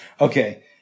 Okay